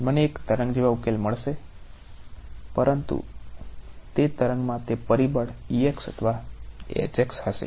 મને એક તરંગ જેવા ઉકેલ મળશે પરંતુ તે તરંગમાં તે પરિબળ અથવા હશે